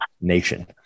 Nation